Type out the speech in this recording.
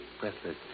breathless